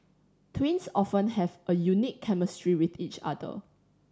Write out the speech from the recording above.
twins often have a unique chemistry with each other